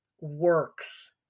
works